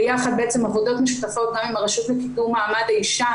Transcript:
עבודות משותפות גם עם הרשות לקידום מעמד האישה.